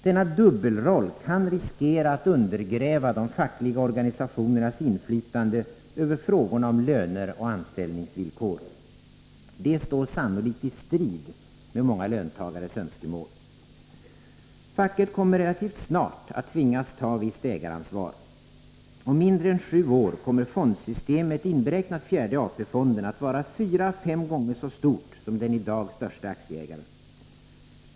Denna dubbelroll kan riskera att undergräva de fackliga organisationernas inflytande över frågor om löner och anställningsvillkor. Detta står sannolikt i strid med många löntagares önskemål. Facket kommer relativt snart att tvingas ta visst ägaransvar. Om mindre än sju år kommer fondsystemet, inberäknat fjärde AP-fonden, att vara fyra å fem gånger så stort som den i dag störste aktieägaren.